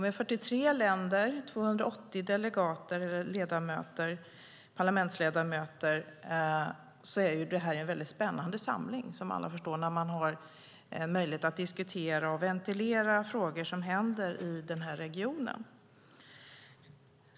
Med 43 länder och 280 parlamentsledamöter är detta en mycket spännande samling, som alla förstår. Man har möjlighet att diskutera och ventilera saker som händer i den här regionen.